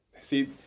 See